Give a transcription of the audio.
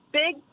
big